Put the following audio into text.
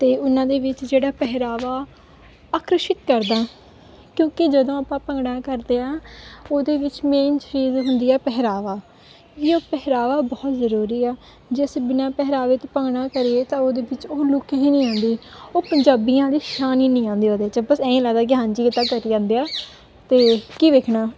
ਅਤੇ ਉਹਨਾਂ ਦੇ ਵਿੱਚ ਜਿਹੜਾ ਪਹਿਰਾਵਾ ਆਕਰਸ਼ਿਤ ਕਰਦਾ ਕਿਉਂਕਿ ਜਦੋਂ ਆਪਾਂ ਭੰਗੜਾ ਕਰਦੇ ਹਾਂ ਉਹਦੇ ਵਿੱਚ ਮੇਨ ਚੀਜ਼ ਹੁੰਦੀ ਹੈ ਪਹਿਰਾਵਾ ਪਹਿਰਾਵਾ ਬਹੁਤ ਜ਼ਰੂਰੀ ਆ ਜੇ ਅਸੀਂ ਬਿਨਾਂ ਪਹਿਰਾਵੇ ਤੋਂ ਭੰਗੜਾ ਕਰੀਏ ਤਾਂ ਉਹਦੇ ਵਿੱਚ ਉਹ ਲੁੱਕ ਹੀ ਨਹੀਂ ਆਉਂਦੀ ਉਹ ਪੰਜਾਬੀਆਂ ਦੀ ਸ਼ਾਨ ਹੀ ਨਹੀਂ ਆਉਂਦੀ ਉਹਦੇ 'ਚ ਬਸ ਇਹੀ ਲੱਗਦਾ ਕਿ ਹਾਂਜੀ ਇੱਦਾਂ ਕਰੀ ਜਾਂਦੇ ਆ ਅਤੇ ਕੀ ਵੇਖਣਾ